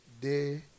day